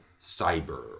cyber